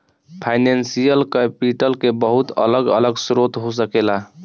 financial capital के बहुत अलग अलग स्रोत हो सकेला